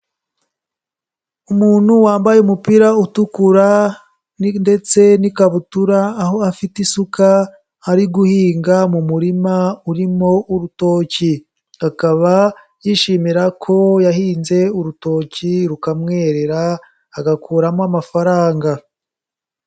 Umuntu wambaye umupira utukura ndetse n'ikabutura, aho afite isuka ari guhinga mu murima urimo urutoki, akaba yishimira ko yahinze urutoki rukamwerera agakuramo amafaranga.